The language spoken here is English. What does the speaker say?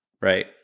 Right